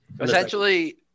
Essentially